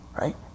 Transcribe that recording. right